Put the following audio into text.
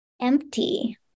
empty